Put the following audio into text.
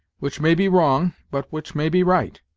which may be wrong, but which may be right.